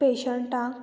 पेशंटाक